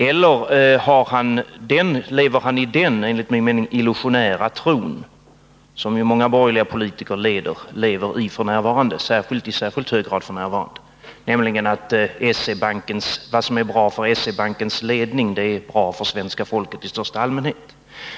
Eller lever Sven Andersson i den enligt min mening illusionära tro, som ju många borgerliga politiker i särskilt hög grad gör f. n., att vad som är bra för SE-bankens ledning är bra för svenska folket i allmänhet?